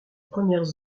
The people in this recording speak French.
premières